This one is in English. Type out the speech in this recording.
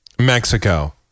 Mexico